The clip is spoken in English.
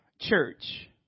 church